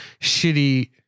shitty